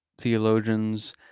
theologians